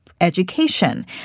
education